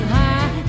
high